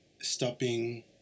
stopping